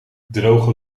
droge